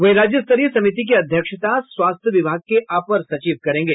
वहीं राज्य स्तरीय समिति की अध्यक्षता स्वास्थ्य विभाग के अपर सचिव करेंगे